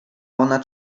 ona